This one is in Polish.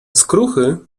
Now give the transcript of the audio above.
skruchy